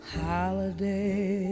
holiday